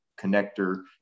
connector